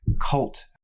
cult